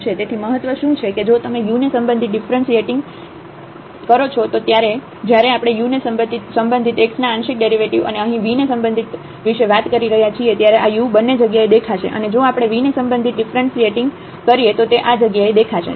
તેથી મહત્વ શું છે કે જો તમે u ને સંબંધિત ડિફ્રન્સિએટિંગ કરો છો તો જયારે આપણે u ને સંબંધિત x ના આંશિક ડેરિવેટિવ અને અને અહીં v ને સંબંધિત વિશે વાત કરી રહ્યા છીએ ત્યારે આ u બંને જગ્યાએ દેખાશે અને જો આપણે v ને સંબંધિત ડિફ્રન્સિએટિંગ કરીએ તો તે આ જગ્યાએ દેખાશે